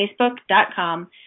facebook.com